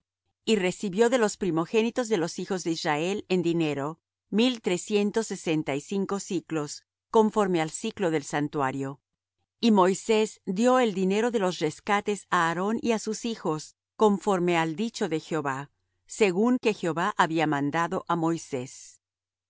y recibió de los primogénitos de los hijos de israel en dinero mil trescientos sesenta y cinco siclos conforme al siclo del santuario y moisés dió el dinero de los rescates á aarón y á sus hijos conforme al dicho de jehová según que jehová había mandado á moisés